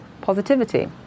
positivity